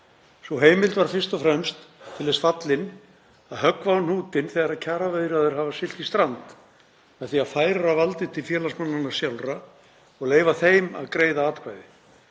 Sú heimild var fyrst og fremst til þess fallin að höggva á hnútinn þegar kjaraviðræður hafa siglt í strand með því að færa valdið til félagsmannanna sjálfra og leyfa þeim að greiða atkvæði.